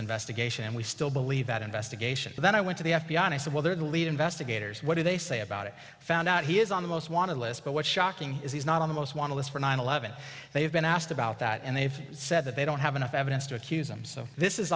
investigation and we still believe that investigation then i went to the f b i and i said well they're the lead investigators what do they say about it found out he is on the most wanted list but what's shocking is he's not on the most wanted list for nine eleven they have been asked about that and they've said that they don't have enough evidence to accuse them so this is